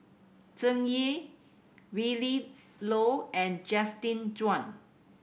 Tsung Yeh Willin Low and Justin Zhuang